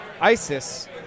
ISIS